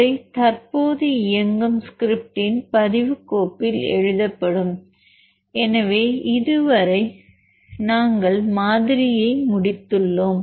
அவை தற்போது இயங்கும் ஸ்கிரிப்ட்டின் பதிவு கோப்பில் எழுதப்படும் எனவே இதுவரை நாங்கள் மாதிரியை முடித்துள்ளோம்